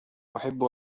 أحب